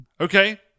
okay